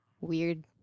weird